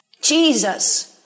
Jesus